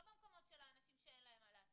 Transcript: לא במקומות של אנשים שאין להם מה להסתיר.